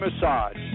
massage